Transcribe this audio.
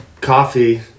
Coffee